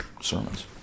sermons